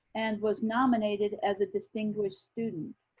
and was nominated as a distinguished student.